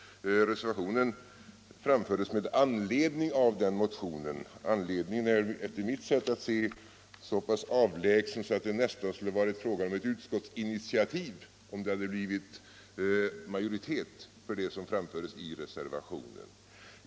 Reservationen tillkom med anledning av motionen. Anledningen är enligt mitt sätt att se så pass avlägsen att det nästan skulle varit fråga om ett utskottsinitiativ, om det hade blivit majoritet för det som framfördes i reservationen.